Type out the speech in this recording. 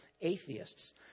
atheists